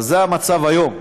אבל זה המצב היום.